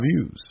views